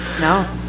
No